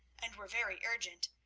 and were very urgent,